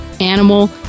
animal